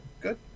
Good